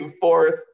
fourth